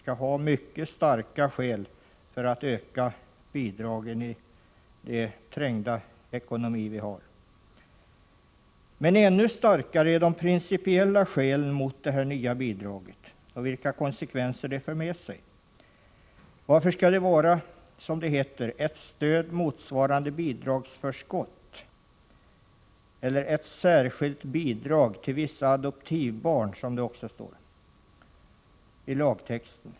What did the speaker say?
Men ännu starkare är de principiella skälen mot detta nya bidrag och de konsekvenser det för med sig. Varför skall det vara ”ett stöd motsvarande bidragsförskott” eller ett ”särskilt bidrag till vissa adoptivbarn”, som det kallas i lagtexten?